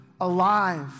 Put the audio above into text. alive